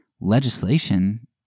legislation